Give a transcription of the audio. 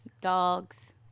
dogs